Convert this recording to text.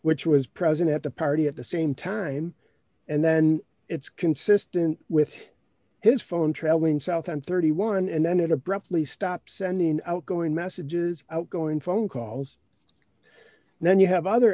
which was present at the party at the same time and then it's consistent with his phone travelling south on thirty one and then it abruptly stops sending outgoing messages outgoing phone calls then you have other